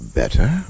better